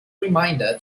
reminder